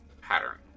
pattern